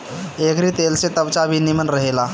एकरी तेल से त्वचा भी निमन रहेला